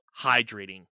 hydrating